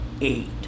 eight